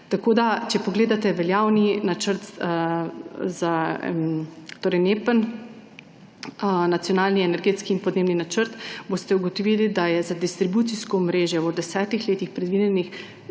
leta. Če pogledate veljavni načrt NEPN, nacionalni energetski in podnebni načrt, boste ugotovili, da je za distribucijsko omrežje v desetih letih predvidenih